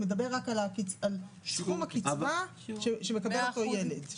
הוא מדבר רק על סכום הקצבה שמקבל אותו ילד.